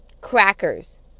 crackers